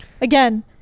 again